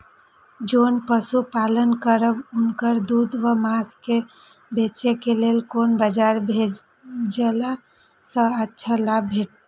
जोन पशु पालन करब उनकर दूध व माँस के बेचे के लेल कोन बाजार भेजला सँ अच्छा लाभ भेटैत?